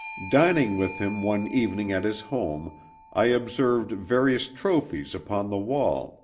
dining with him one evening at his home i observed various trophies upon the wall,